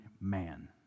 man